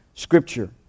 scripture